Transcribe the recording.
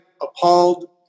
appalled